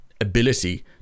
ability